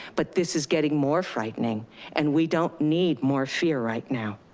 but this is getting more frightening and we don't need more fear right now.